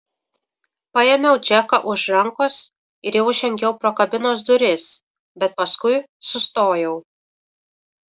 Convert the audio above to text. paėmiau džeką už rankos ir jau žengiau pro kabinos duris bet paskui sustojau